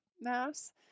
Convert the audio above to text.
mass